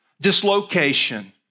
dislocation